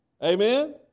Amen